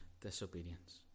disobedience